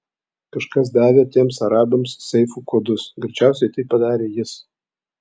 kažkas davė tiems arabams seifų kodus greičiausiai tai padarė jis